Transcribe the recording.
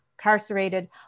incarcerated